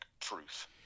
truth